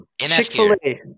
Chick-fil-A